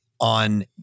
on